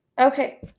Okay